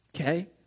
Okay